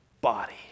body